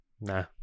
nah